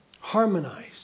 harmonized